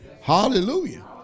Hallelujah